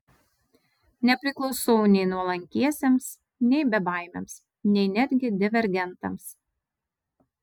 nepriklausau nei nuolankiesiems nei bebaimiams nei netgi divergentams